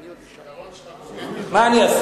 הזיכרון שלך בוגד בך.